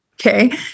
Okay